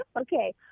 Okay